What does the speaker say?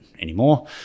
anymore